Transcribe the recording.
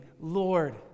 Lord